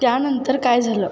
त्यानंतर काय झालं